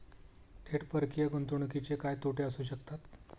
थेट परकीय गुंतवणुकीचे काय तोटे असू शकतात?